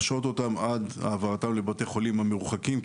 להשהות אותם עד העברתם לבתי חולים המרוחקים,